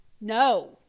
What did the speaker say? no